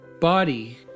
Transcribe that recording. body